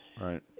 Right